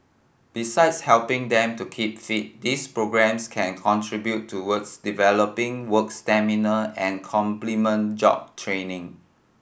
besides helping them to keep fit these programmes can contribute towards developing work stamina and complement job training